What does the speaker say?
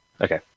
Okay